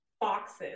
boxes